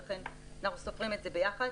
ולכן אנחנו סופרים את זה ביחד.